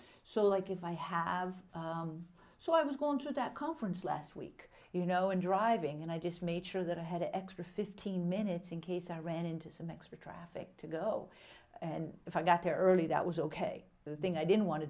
so like if i have so i was going to that conference last week you know and driving and i just made sure that i had extra fifteen minutes in case i ran into some extra traffic to go and if i got there early that was ok the thing i didn't want to